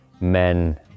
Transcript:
men